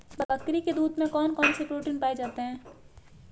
बकरी के दूध में कौन कौनसे प्रोटीन पाए जाते हैं?